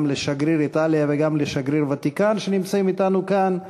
גם לשגריר איטליה וגם לשגריר הוותיקן שנמצאים אתנו כאן,